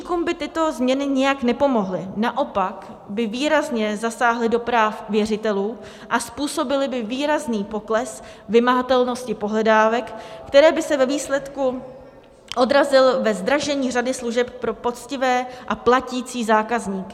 Dlužníkům by tyto změny nijak nepomohly, naopak by výrazně zasáhly do práv věřitelů a způsobily by výrazný pokles vymahatelnosti pohledávek, který by se ve výsledku odrazil ve zdražení řady služeb pro poctivé a platící zákazníky.